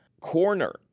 corner